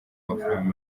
amafaranga